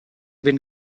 been